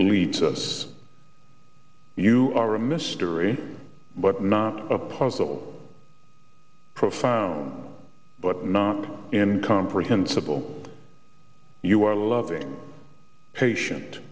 leads us you are a mystery but not a puzzle profound but not in comprehensible you are loving patient